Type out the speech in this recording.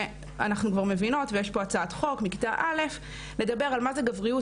אנחנו כבר מבינות ויש פה הצעת חוק מכיתה א' לדבר על מה זה גבריות,